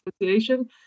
association